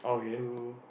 to